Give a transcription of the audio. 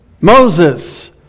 Moses